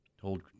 Told